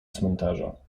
cmentarza